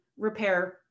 repair